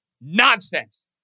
Nonsense